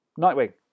Nightwing